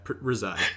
reside